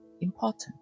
important